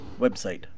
website